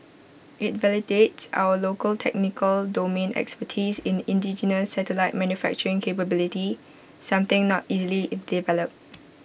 IT validates our local technical domain expertise in indigenous satellite manufacturing capability something not easily developed